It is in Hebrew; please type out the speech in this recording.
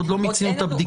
עוד לא מיצינו את הבדיקה.